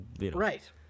Right